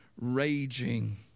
raging